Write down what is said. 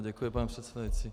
Děkuji, pane předsedající.